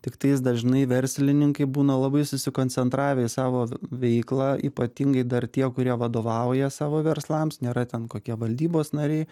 tiktais dažnai verslininkai būna labai susikoncentravę į savo veiklą ypatingai dar tie kurie vadovauja savo verslams nėra ten kokie valdybos nariai